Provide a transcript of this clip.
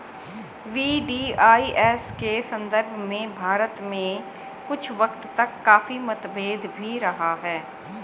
VDIS के संदर्भ में भारत में कुछ वक्त तक काफी मतभेद भी रहा है